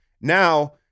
now